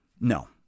No